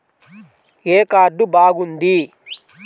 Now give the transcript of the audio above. ఏ card బాగుంది?